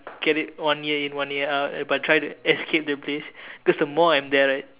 get it one ear in and one ear out but try to escape the place because the more I'm there right